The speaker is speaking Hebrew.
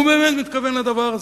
הוא באמת מתכוון לדבר הזה.